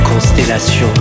constellation